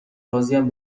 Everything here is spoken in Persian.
راضیم